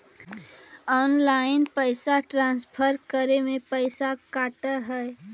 Online पैसा transfer करे में पैसा कटा है?